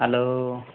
hello